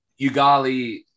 ugali